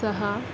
ಸಹಾ